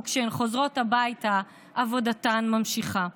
וכשהן חוזרות הביתה עבודתן ממשיכה".